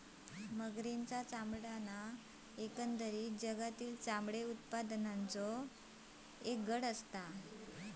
मगरींचा चामडा ह्यो एकंदरीत जगातील चामडे उत्पादनाचों एक गट आसा